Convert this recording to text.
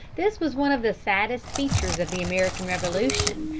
this was one of the saddest features of the american revolution,